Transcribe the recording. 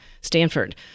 Stanford